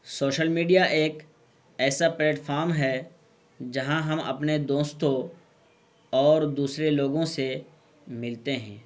social media ایک ایسا platform ہے جہاں ہم اپنے دوستوں اور دوسرے لوگوں سے ملتے ہیں